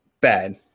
Bad